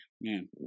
Man